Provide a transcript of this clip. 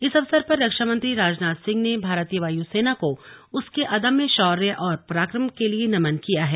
इस अवसर पर रक्षामंत्री राजनाथ सिंह ने भारतीय वायुसेना को उसके अदम्य शौर्य और पराक्रम के लिए नमन किया है